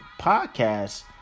podcast